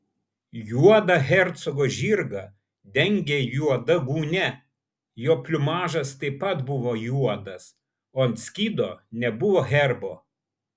juodą hercogo žirgą dengė juoda gūnia jo pliumažas taip pat buvo juodas o ant skydo nebuvo herbo